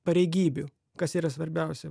pareigybių kas yra svarbiausia